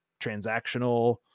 transactional